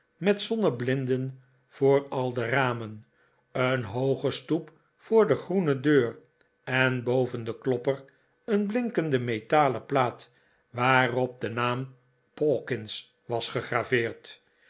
met zonneblinden voor al de ramen een hooge stoep voor de groene deur en boven den klopper een blinkende metalen plaat waarop de naam pawkins was